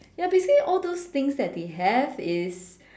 ya basically all those things that they have is